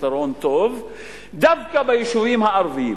פתרון טוב דווקא ביישובים הערביים.